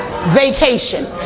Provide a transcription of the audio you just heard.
vacation